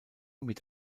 mit